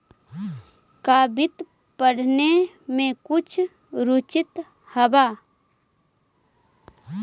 का वित्त पढ़ने में कुछ रुचि हवअ